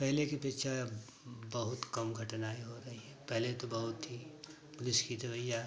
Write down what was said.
पहले के अपेक्षा अब बहुत कम घटनाएँ हो रही है पहले तो बहुत ही पुलिस कि तो रवैया